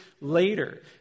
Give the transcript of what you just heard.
later